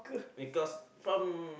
because from